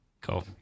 Cool